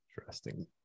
Interesting